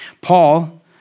Paul